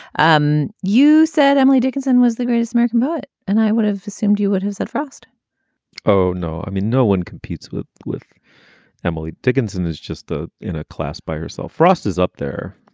um you said emily dickinson was the greatest american poet, and i would've assumed you would have said frost oh, no. i mean, no one competes with with emily dickinson is just ah in a class by herself. frost is up there.